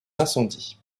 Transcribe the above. incendies